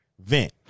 vent